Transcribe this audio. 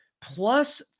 Plus